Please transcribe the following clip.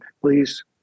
please